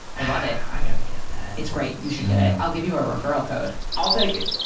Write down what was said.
i love it i got to get that. it's great. you should get it. i'll give you a referral code i'll take it.